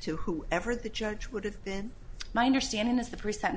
to who ever the judge would have been my understanding is the pre sent